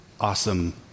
awesome